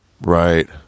Right